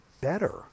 better